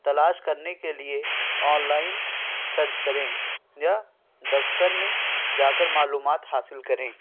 تلاش کرنے کے لیے آن لائن سرچ کریں یا دفتر میں جا کر معلومات حاصل کریں